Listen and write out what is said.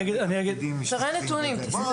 תראה נתונים.